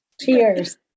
Cheers